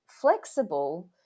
flexible